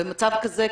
במצב כזה,